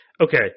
Okay